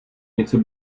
něco